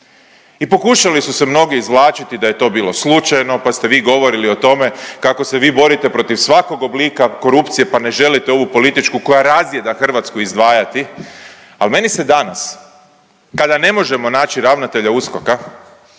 I pokušali su se mnogi izvlačiti da je to bilo slučajno, pa ste vi govorili o tome kako se vi borite protiv svakog oblika korupcije pa ne želite ovu političku koja razjeda Hrvatsku izdvajati, ali meni se danas kada ne možemo naći ravnatelja USKOK-a